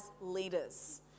leaders